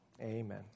Amen